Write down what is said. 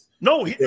No